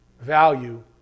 value